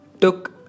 took